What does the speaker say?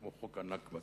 כמו חוק ה"נכבה"?